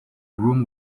room